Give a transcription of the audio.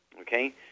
Okay